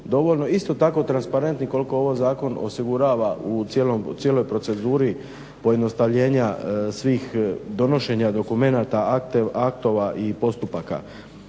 isto tako transparentni koliko ovaj zakon osigurava u cijeloj proceduri pojednostavljenja svih donošenja dokumenata, aktova i postupaka.